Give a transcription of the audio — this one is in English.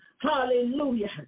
Hallelujah